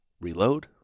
Reload